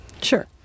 Sure